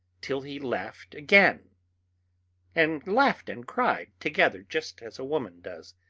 till he laughed again and laughed and cried together, just as a woman does.